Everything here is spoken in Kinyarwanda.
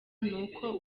nuko